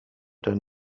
denn